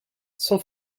son